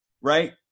right